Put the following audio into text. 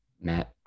Matt